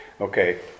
Okay